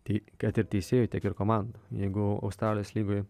tai kad ir teisėjų tiek ir komandų jeigu australijos lygoj